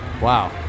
Wow